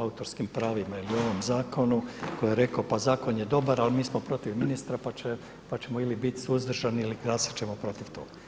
autorskim pravima ili ovom zakonu koji je rekao – pa zakon je dobar, ali mi smo protiv ministra pa ćemo ili biti suzdržani ili glasat ćemo protiv toga.